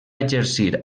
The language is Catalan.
exercir